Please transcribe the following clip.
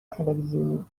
تلویزیونی